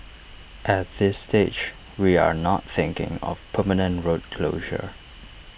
at this stage we are not thinking of permanent road closure